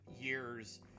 years